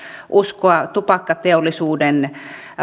uskoa tupakkateollisuuden